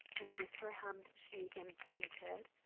and with her hand she again pointed.